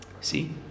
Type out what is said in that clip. See